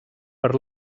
per